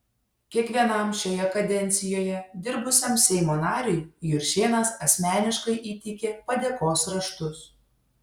kiekvienam šioje kadencijoje dirbusiam seimo nariui juršėnas asmeniškai įteikė padėkos raštus